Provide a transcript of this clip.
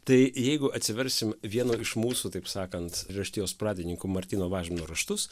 tai jeigu atsiversim vieno iš mūsų taip sakant raštijos pradininkų martyno mažvydo raštus